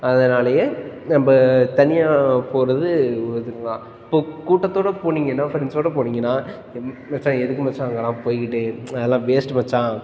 அதனாலேயே நம்ம தனியாகப் போகிறது ஒர்த்து தான் இப்போ கூட்டத்தோடு போனீங்கன்னால் ஃப்ரெண்ட்ஸோடு போனீங்கன்னால் மச்சான் எதுக்கு மச்சான் அங்கெல்லாம் போய்க்கிட்டு அதெல்லாம் வேஸ்ட்டு மச்சான்